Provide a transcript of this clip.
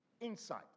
insight